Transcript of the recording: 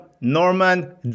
Norman